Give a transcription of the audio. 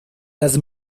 las